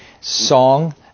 song